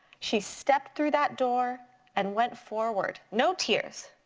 she stepped through that door and went forward, no tears.